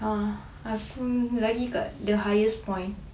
a'ah aku lagi kat the highest point